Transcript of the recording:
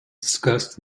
discussed